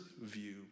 view